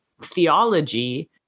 theology